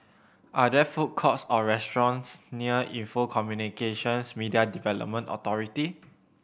are there food courts or restaurants near Info Communications Media Development Authority